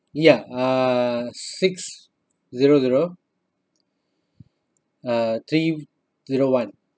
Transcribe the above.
ya uh six zero zero uh three zero one